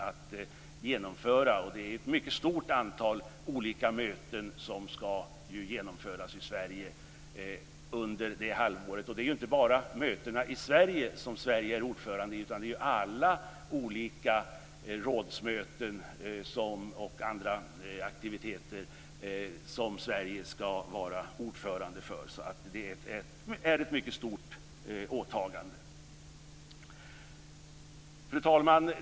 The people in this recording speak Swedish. Det är ett mycket stort antal olika möten som ska genomföras i Sverige under det halvåret. Men det är ju inte bara för mötena i Sverige som vi ska vara ordförande, utan för alla olika rådsmöten och andra aktiviteter, så det är ett mycket stort åtagande. Fru talman!